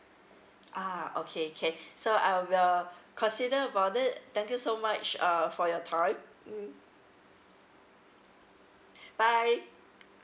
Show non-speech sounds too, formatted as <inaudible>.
ah okay can <breath> so I will consider about it thank you so much uh for your time mm <breath> bye